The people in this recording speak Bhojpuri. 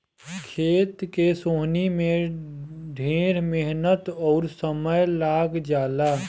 खेत के सोहनी में ढेर मेहनत अउर समय लाग जला